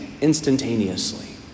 instantaneously